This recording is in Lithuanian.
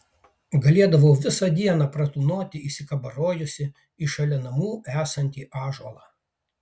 galėdavau visą dieną pratūnoti įsikabarojusi į šalia namų esantį ąžuolą